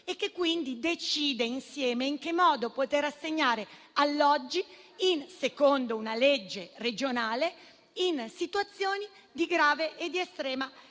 e che quindi decide insieme in che modo poter assegnare alloggi, secondo una legge regionale, in situazioni di grave ed estrema difficoltà.